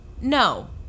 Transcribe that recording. no